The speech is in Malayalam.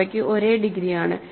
അവയ്ക്ക് ഒരേ ഡിഗ്രി ആണ്